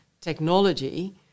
technology